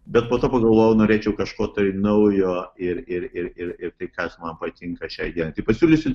bet po to pagalvojau norėčiau kažko tai naujo ir ir ir ir tai kas man patinka šiai dienai tai pasiūlysiu